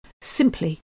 simply